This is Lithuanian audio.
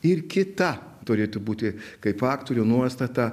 ir kita turėtų būti kaip aktorių nuostata